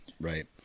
right